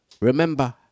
Remember